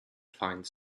fine